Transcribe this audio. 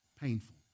painful